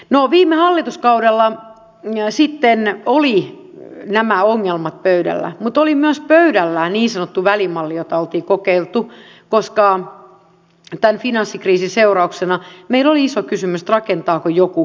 no viime hallituskaudella sitten oli nämä ongelmat pöydällä mutta oli myös pöydällä niin sanottu välimalli jota oltiin kokeiltu koska finanssikriisin seurauksena meillä oli iso kysymys rakentaako joku asuntoja